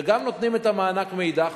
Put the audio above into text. וגם נותנים את המענק מאידך,